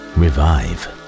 revive